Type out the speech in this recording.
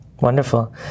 Wonderful